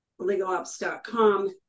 LegalOps.com